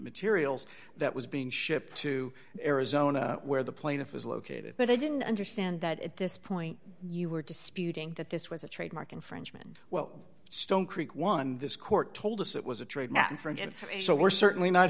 materials that was being shipped to arizona where the plaintiff is located but i didn't understand that at this point you were disputing that this was a trademark infringement well stone creek one this court told us it was a trade not infringe and so we're certainly not